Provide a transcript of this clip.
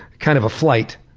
kind of a flight.